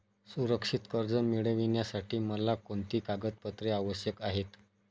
सुरक्षित कर्ज मिळविण्यासाठी मला कोणती कागदपत्रे आवश्यक आहेत